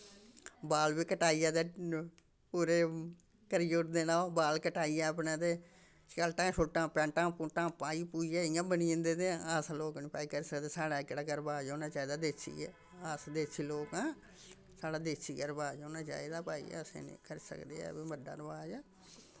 बाल बी कटाइयै ते पूरे करी ओड़दे न ओह् बाल कटाइयै अपने ते शर्टां शुर्टां पैंटां पुंटां पाई पुइयै इ'यां बनी जंदे ते अस लोक निं भाई करी सकदे साढ़े एह्कड़ा गै रवाज होना चाहिदा देसी गै अस देसी लोक आं साढ़ा देसी गै रवाज होना चाहिदा भाई असें निं करी सकदे ऐ बी बड्डा रवाज